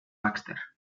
baxter